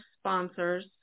sponsors